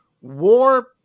war